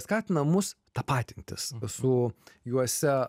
skatina mus tapatintis su juose